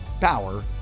power